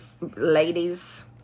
ladies